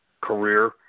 career